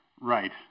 Right